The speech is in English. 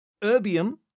Erbium